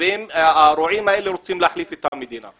והאם הרועים הללו רוצים להחליף את המדינה.